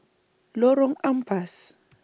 Lorong Ampas